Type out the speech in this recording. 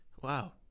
Wow